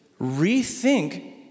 rethink